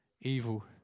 evil